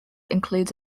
includes